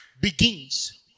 begins